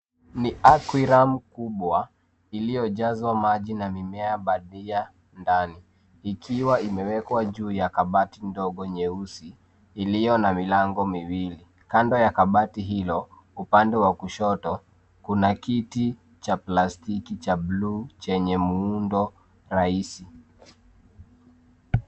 Ni aquarium kubwa iliyojazwa maji na mimea bandia ndani ikiwa imewekwa juu ya kabati ndogo nyeusi iliyo na milango miwili. Kando ya kabati hilo upande wa kushoto, kuna kiti cha plastiki cha bluu chenye muundo rahisi.